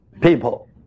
people